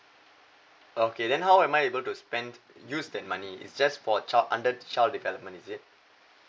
okay then how am I able to spend use that money is just for child under child development is it